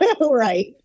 right